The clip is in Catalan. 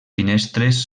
finestres